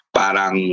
parang